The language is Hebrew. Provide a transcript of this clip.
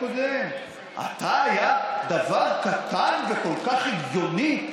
דבר קטן וכל כך הגיוני,